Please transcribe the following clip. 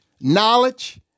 knowledge